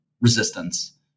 resistance